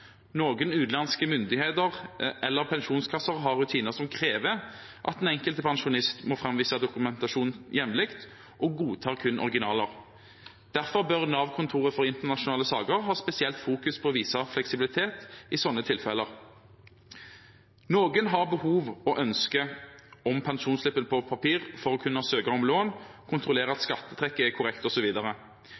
Noen utenlandske myndigheter eller pensjonskasser har rutiner som krever at den enkelte pensjonist må framvise dokumentasjon jevnlig, og godtar kun originaler. Derfor bør Nav-kontoret for internasjonale saker ha spesielt fokus på å vise fleksibilitet i sånne tilfeller. Noen har behov for og ønske om å få pensjonsslippen på papir for å kunne søke om lån, kontrollere at skattetrekket er korrekt,